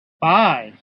five